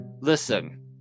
listen